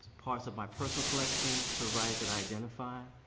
parts of my personal collection to writers that identify,